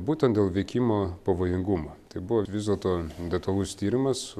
būtent dėl veikimo pavojingumo tai buvo vis dėlto detalus tyrimas